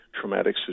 traumatic